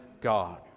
God